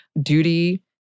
duty